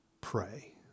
pray